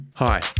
Hi